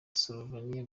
slovenia